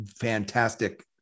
Fantastic